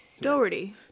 Doherty